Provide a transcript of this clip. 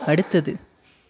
அடுத்தது